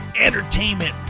entertainment